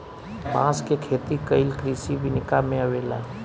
बांस के खेती कइल कृषि विनिका में अवेला